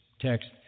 text